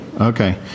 Okay